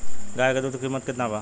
गाय के दूध के कीमत केतना बा?